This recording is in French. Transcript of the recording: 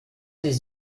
des